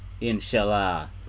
Inshallah